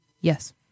Yes